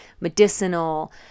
medicinal